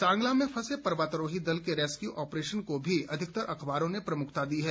सांगला में फंसे पर्वतारोही दल के रेस्क्यू ऑप्रेशन को भी अधिकतर अखबारों ने प्रमुखता दी है